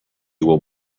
will